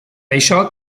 això